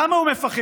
למה הוא מפחד?